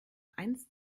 eins